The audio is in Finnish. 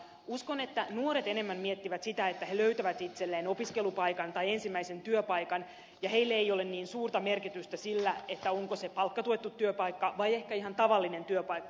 uskon että nuoret enemmän miettivät sitä että he löytävät itselleen opiskelupaikan tai ensimmäisen työpaikan ja heille ei ole niin suurta merkitystä sillä onko se palkkatuettu työpaikka vai ehkä ihan tavallinen työpaikka